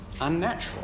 unnatural